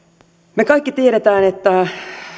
me kaikki tiedämme että